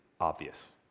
obvious